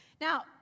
Now